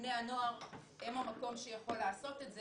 בני הנוער הם המקום שיכול לעשות את זה,